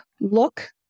look